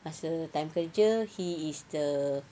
masa time kerja he is the